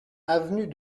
avenue